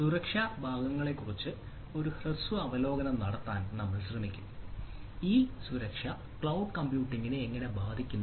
സുരക്ഷാ ഭാഗങ്ങളെക്കുറിച്ച് ഒരു ഹ്രസ്വ അവലോകനം നടത്താൻ നമ്മൾ ശ്രമിക്കു ഈ സുരക്ഷ ക്ലൌഡ് കമ്പ്യൂട്ടിംഗിനെ എങ്ങനെ ബാധിക്കുന്നു